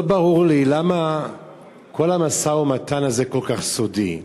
לא ברור לי למה כל המשא-ומתן הזה כל כך סודי,